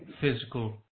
physical